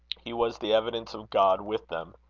he was the evidence of god with them.